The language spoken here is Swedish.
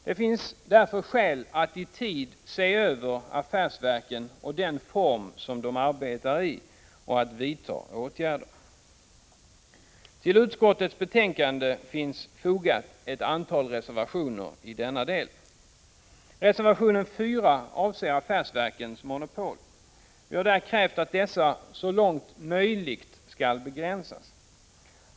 Det finns därför skäl att i tid se över affärsverken och den form som de arbetar i och att vidta åtgärder. Till utskottets betänkande finns fogade ett antal reservationer i denna del. Reservation 4 avser affärsverkens monopol. Vi har där krävt att dessa, så långt möjligt, skall begränsas.